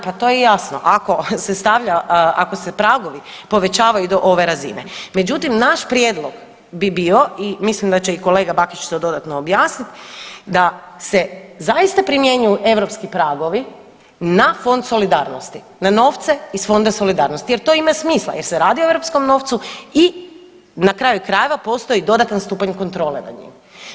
Pa to je jasno, ako se stavlja, ako se pragovi povećavaju do ove razine, međutim, naš prijedlog bi bio i mislim da će i kolega Bakić to dodatno objasniti, da se zaista primjenjuju europski pragovi na Fond solidarnosti, na novce iz Fonda solidarnosti jer to ima smisla, jer se radi o europskom novcu i na kraju krajeva, postoji dodatan stupanj kontrole nad njima.